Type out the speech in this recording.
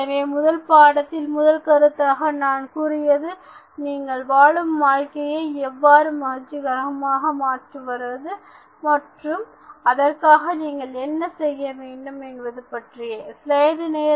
எனவே முதல் பாடத்தில் முதல் கருத்தாக நான் கூறியது நீங்கள் வாழும் வாழ்க்கையை எவ்வாறு மகிழ்ச்சிகரமாக மாற்றுவது மற்றும் அதற்காக நீங்கள் என்ன செய்ய வேண்டும் என்பது பற்றியே